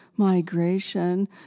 migration